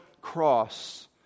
cross